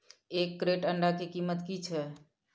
एक क्रेट अंडा के कीमत की छै?